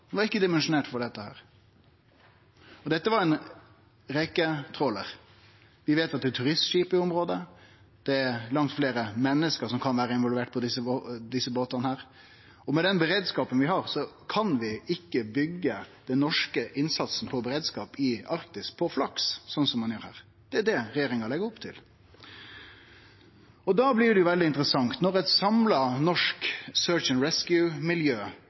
det var ikkje dimensjonert for dette. Og dette var ein reketrålar. Vi veit at det er turistskip i området, langt fleire menneske kan vere involverte på desse båtane, og vi kan ikkje byggje den norske innsatsen på beredskap i Arktis på flaks, sånn som ein gjer her. Det er det regjeringa legg opp til. Da blir det veldig interessant når eit samla norsk